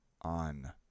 on